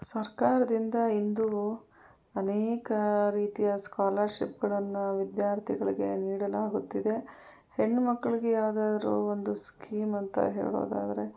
ಸರ್ಕಾರದಿಂದ ಇಂದು ಅನೇಕ ರೀತಿಯ ಸ್ಕಾಲರ್ಶಿಪ್ಗಳನ್ನು ವಿದ್ಯಾರ್ಥಿಗಳಿಗೆ ನೀಡಲಾಗುತ್ತಿದೆ ಹೆಣ್ಮಕ್ಕಳಿಗೆ ಯಾವುದಾದ್ರೂ ಒಂದು ಸ್ಕೀಮ್ ಅಂತ ಹೇಳೋದಾದರೆ